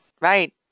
Right